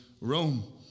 Rome